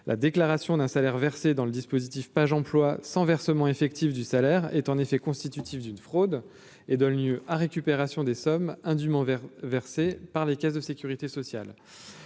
la déclaration d'un salaire versé dans le dispositif Pajemploi sans versement effectif du salaire est en effet constitutif d'une fraude et donne lieu à récupération des sommes indûment envers versée par les caisses de Sécurité sociale,